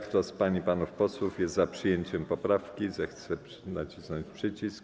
Kto z pań i panów posłów jest za przyjęciem 1. poprawki, zechce nacisnąć przycisk?